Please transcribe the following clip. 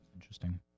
Interesting